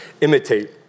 imitate